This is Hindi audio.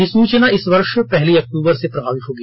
अधिसूचना इस वर्ष पहली अक्टूबर से प्रभावी होगी